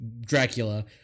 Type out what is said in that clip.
Dracula